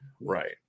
Right